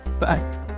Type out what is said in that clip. Bye